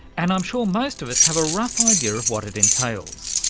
and i'm sure most of us have a rough ah idea of what it entails,